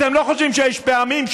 אתם לא חושבים שיש פעמים,